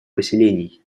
поселений